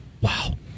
wow